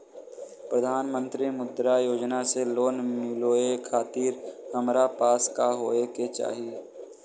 प्रधानमंत्री मुद्रा योजना से लोन मिलोए खातिर हमरा पास का होए के चाही?